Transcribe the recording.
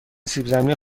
سیبزمینی